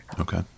Okay